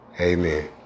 Amen